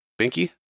Binky